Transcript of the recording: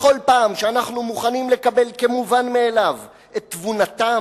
בכל פעם שאנחנו מוכנים לקבל כמובן מאליו את תבונתם,